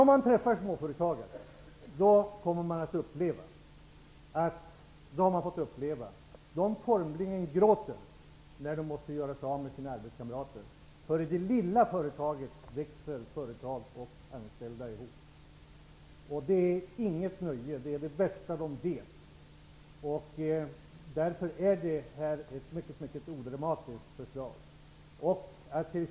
Om man träffar småföretagare kommer man att uppleva att de formligen gråter när de måste göra sig av med sina arbetskamrater. I det lilla företaget växer företag och anställda ihop. Det är inget nöje att avskeda. Det är det värsta de vet. Därför är detta förslag mycket odramatiskt.